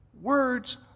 Words